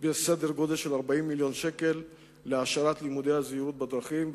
בסדר-גודל של 40 מיליון שקלים להעשרת לימודי הזהירות בדרכים,